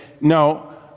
no